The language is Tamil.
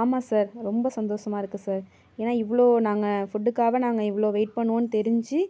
ஆமாம் சார் ரொம்ப சந்தோஷமா இருக்குது சார் ஏன்னால் இவ்வளோ நாங்கள் ஃபுட்டுக்காக நாங்கள் இவ்வளோ வெயிட் பண்ணுவோம்னு தெரிஞ்சு